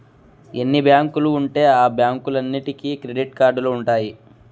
ఎన్ని బ్యాంకులు ఉంటే ఆ బ్యాంకులన్నీటికి క్రెడిట్ కార్డులు ఉంటాయి